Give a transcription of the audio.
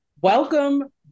welcome